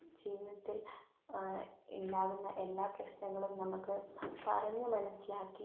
ജീവിതത്തിൽ ഉണ്ടാകുന്ന എല്ലാ പ്രശ്നങ്ങളും നമുക്ക് പറഞ്ഞു മനസ്സിലാക്കി